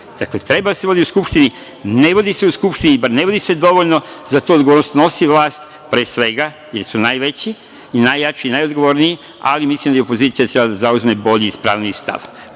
voditi. Dakle, treba da se vodi u Skupštini, ne vodi su u Skupštini, bar se ne vodi dovoljno. Za to odgovornost snosi vlast, pre svega, jer su najveći, najjači i najodgovorniji, ali mislim da i opozicija treba da zauzme bolji i ispravniji stav.